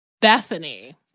Bethany